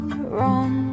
wrong